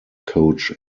coach